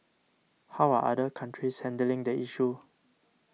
how are other countries handling the issue